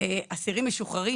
אסירים משוחררים.